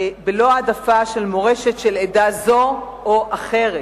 בלא העדפה של מורשת של עדה זו או אחרת.